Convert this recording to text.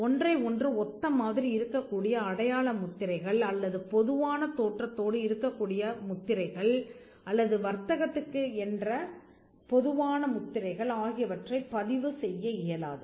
ஒன்றை ஒன்று ஒத்த மாதிரி இருக்கக்கூடிய அடையாள முத்திரைகள் அல்லது பொதுவான தோற்றத்தோடு இருக்கக்கூடிய முத்திரைகள் அல்லது வர்த்தகத்துக்கு என்ற பொதுவான முத்திரைகள் ஆகியவற்றைப் பதிவு செய்ய இயலாது